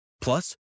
Plus